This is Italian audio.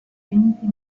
venti